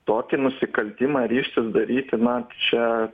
tokį nusikaltimą ryžtis daryti na čia